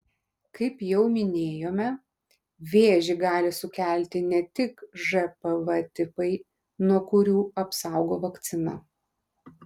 kaip jau minėjome vėžį gali sukelti ne tik žpv tipai nuo kurių apsaugo vakcina